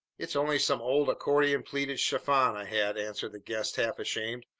it's only some old accordion-pleated chiffon i had, answered the guest half ashamed.